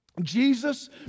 Jesus